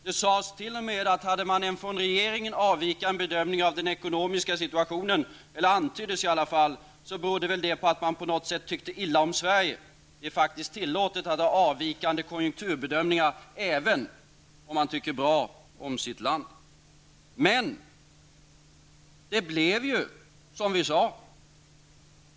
Det sades t.o.m. att om man hade en från regeringen avvikande bedömning av den ekonomiska situationen berodde det på att man på något sätt tyckte illa om Sverige. Det är faktiskt tillåtet att göra avvikande konjunkturbedömningar även om man tycker bra om sitt land. Men det blev som vi sade.